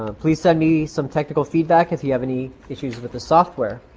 ah please send me some technical feedback if you have any issues with the software.